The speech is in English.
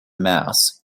mouse